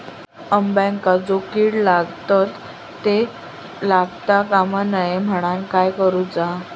अंब्यांका जो किडे लागतत ते लागता कमा नये म्हनाण काय करूचा?